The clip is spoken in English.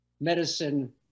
medicine